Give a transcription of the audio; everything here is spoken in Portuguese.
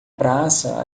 praça